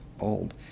old